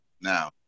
Now